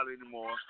anymore